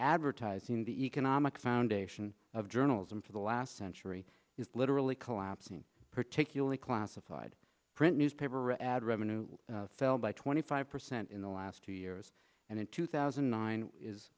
advertising the economic foundation of journalism for the last century is literally collapsing particularly classified print newspaper ad revenue fell by twenty five percent in the last two years and in two thousand and nine is